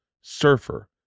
surfer